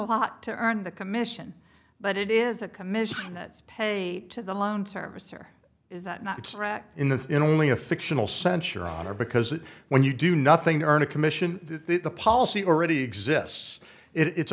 pot to earn the commission but it is a commission that's paid to the loan servicer is that not in the in only a fictional censure honor because when you do nothing to earn a commission the policy already exists it's